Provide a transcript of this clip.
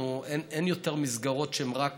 אין יותר מסגרות שהן רק